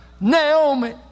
Naomi